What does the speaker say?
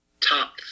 top